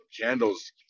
candles